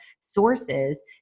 sources